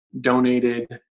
donated